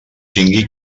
tingui